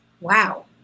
Wow